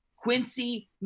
Quincy